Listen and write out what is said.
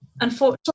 unfortunately